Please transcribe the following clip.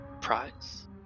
prize